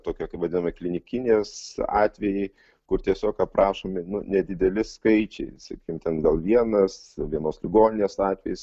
tokia kaip vadiname klinikinės atvejai kur tiesiog aprašomi nu nedideli skaičiai sakykim ten gal vienas vienos ligoninės atvejis